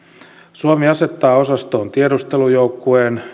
suomi asettaa osastoon tiedustelujoukkueen